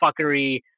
fuckery